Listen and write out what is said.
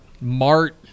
Mart